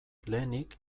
lehenik